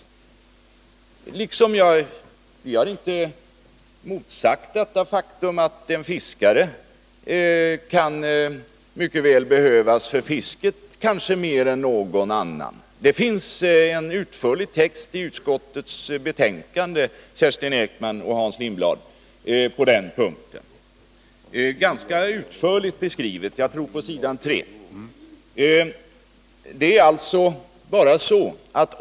Jag har därmed inte motsagt att en viss fiskare mycket väl kan behövas för fisket, kanske mer än någon annan yrkesman inom andra näringar. Det finns en utförlig text i utskottets betänkande på den punkten — läs sidorna 2 och 3, Kerstin Ekman och Hans Lindblad!